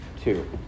two